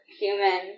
human